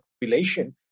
population